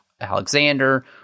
Alexander